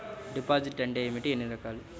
Deposit అంటే ఏమిటీ ఎన్ని రకాలు?